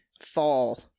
fall